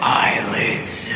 eyelids